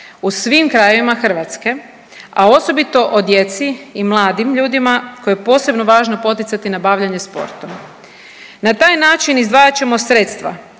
u svim krajevima Hrvatske, a osobito o djeci i mladim ljudima koje je posebno važno poticati na bavljenje sportom. Na taj način izdvajat ćemo sredstva